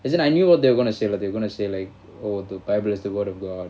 as in I knew what they were going to say like they're gonna say like oh the bible is the word of god